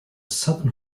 southern